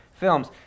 Films